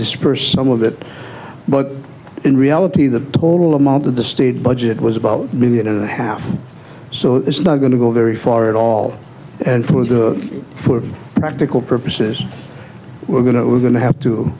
dispersed some of it but in reality the total amount of the state budget was about million a half so this is not going to go very far at all and for the for practical purposes we're going to we're going to have